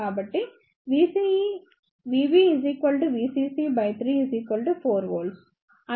కాబట్టి VBVCC3 4V IEVB VBERE4 0